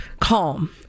calm